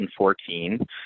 2014